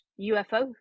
UFO